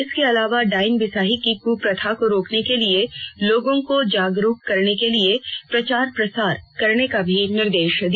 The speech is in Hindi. इसके अलावा डायन बिसाही की कु प्रथा को रोकने के लिए लोगों को जागरूक करने के लिए प्रचार प्रसार करने का भी निर्देश दिया